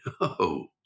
no